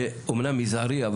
זה אמנם מזערי,